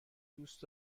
دوست